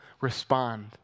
respond